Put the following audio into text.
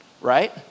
right